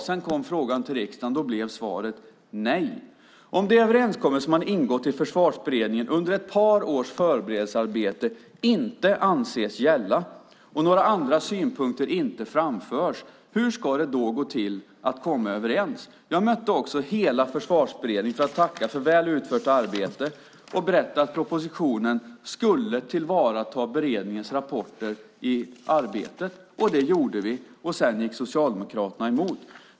Sedan kom frågan till riksdagen, och då blev svaret nej. Om de överenskommelser man har ingått i Försvarsberedningen under ett par års förberedelsearbete inte anses gälla, och några andra synpunkter inte framförs, hur ska det då gå till att komma överens? Jag mötte också hela Försvarsberedningen för att tacka för väl utfört arbete och berätta att propositionen skulle tillvarata beredningens rapporter i arbetet. Det gjorde vi. Sedan gick Socialdemokraterna emot.